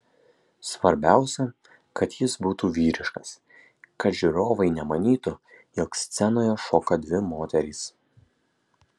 svarbiausia kad jis būtų vyriškas kad žiūrovai nemanytų jog scenoje šoka dvi moterys